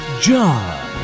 John